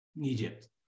Egypt